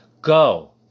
Go